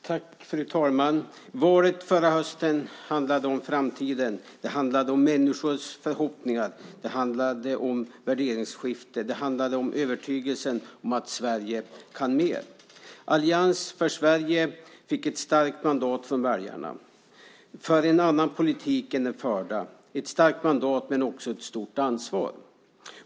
Fru talman! Valet förra hösten handlade om framtiden. Det handlade om människors förhoppningar. Det handlade om ett värderingsskifte. Det handlade om övertygelsen om att Sverige kan mer. Allians för Sverige fick ett starkt mandat från väljarna för en annan politik än den förda - ett starkt mandat men också ett stort ansvar.